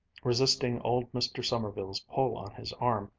resisting old mr. sommerville's pull on his arm,